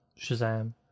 Shazam